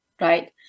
right